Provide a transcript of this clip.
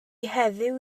heddiw